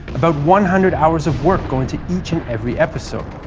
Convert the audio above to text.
but one hundred hours of work go into each and every episode.